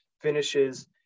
finishes